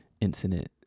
incident